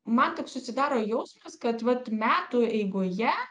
man taip susidaro jausmas kad vat metų eigoje